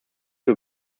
für